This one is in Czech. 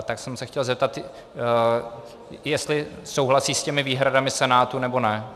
Tak jsem se chtěl zeptat, jestli souhlasí s těmi výhradami Senátu, nebo ne.